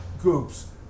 groups